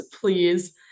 please